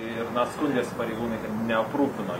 ir na skundėsi pareigūnai kad neaprūpino